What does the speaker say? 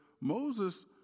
Moses